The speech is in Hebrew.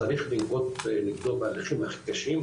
צריך לנקוט בהליכים קשים,